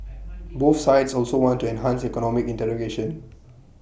both sides also want to enhance economic integration